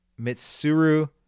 Mitsuru